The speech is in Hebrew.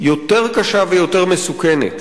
יותר קשה ויותר מסוכנת.